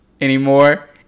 anymore